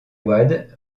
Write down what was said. wade